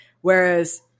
whereas